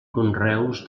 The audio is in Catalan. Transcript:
conreus